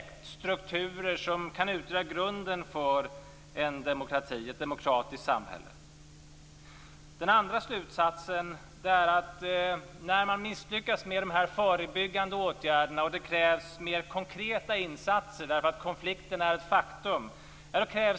Det handlar om strukturer som kan utgöra grunden för ett demokratiskt samhälle. Den andra slutsatsen är att det krävs en beredskap för civila offensiva insatser när man misslyckas med de förebyggande åtgärderna och det krävs mer konkreta insatser därför att konflikten är ett faktum.